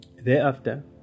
Thereafter